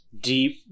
Deep